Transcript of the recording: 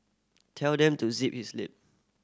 tell them to zip his lip